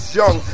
young